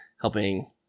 helping